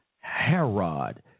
Herod